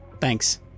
Thanks